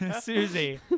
Susie